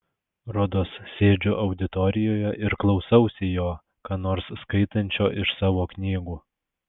rodos sėdžiu auditorijoje ir klausausi jo ką nors skaitančio iš savo knygų